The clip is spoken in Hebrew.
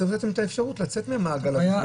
צריך לתת להם את האפשרות לצאת ממעגל הבידודים.